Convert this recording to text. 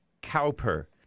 Cowper